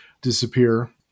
disappear